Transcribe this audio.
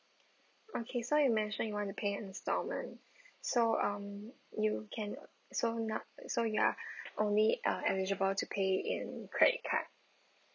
okay so you mentioned you want to pay installment so um you can so now so you are only ah eligible to pay it in credit card